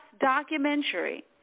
documentary